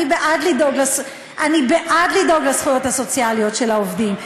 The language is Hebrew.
אני בעד לדאוג לזכויות הסוציאליות של העובדים,